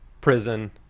prison